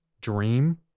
dream